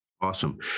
Awesome